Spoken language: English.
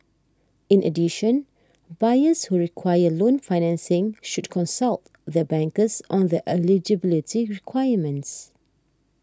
in addition buyers who require loan financing should consult their bankers on their eligibility requirements